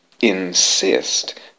insist